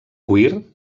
cuir